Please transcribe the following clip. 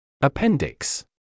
Appendix